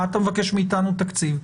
מה אתה מבקש מאתנו תקציב?